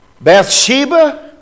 Bathsheba